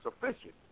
sufficient